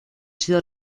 sido